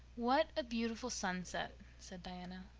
what a beautiful sunset, said diana.